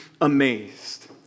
amazed